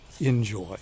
enjoy